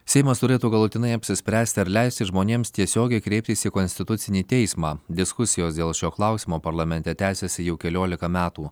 seimas turėtų galutinai apsispręsti ar leisti žmonėms tiesiogiai kreiptis į konstitucinį teismą diskusijos dėl šio klausimo parlamente tęsiasi jau keliolika metų